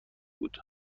بود